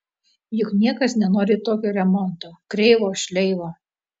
juk niekas nenori tokio remonto kreivo šleivo